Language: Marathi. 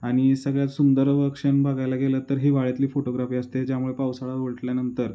आणि सगळ्यात सुंदर व क्षण बघायला गेलं तर हिवाळ्यातली फोटोग्राफी असते ज्यामुळे पावसाळा उलटल्यानंतर